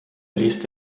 ließ